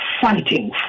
fighting